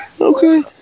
Okay